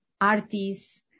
artists